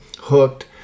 Hooked